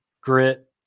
grit